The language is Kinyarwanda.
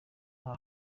nta